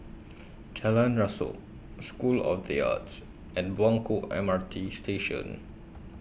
Jalan Rasok School of The Arts and Buangkok M R T Station